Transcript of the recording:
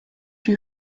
you